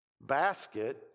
basket